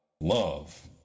love